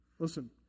Listen